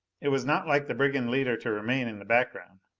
it was not like the brigand leader to remain in the background.